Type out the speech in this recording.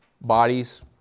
bodies